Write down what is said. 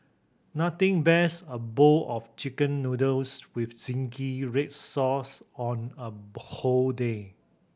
nothing best a bowl of Chicken Noodles with zingy red sauce on a whole day